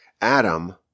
Adam